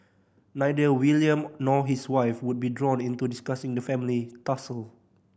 neither William nor his wife would be drawn into discussing the family tussle